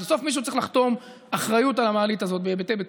בסוף מישהו צריך לחתום אחריות על המעלית הזאת בהיבטי בטיחות.